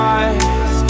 eyes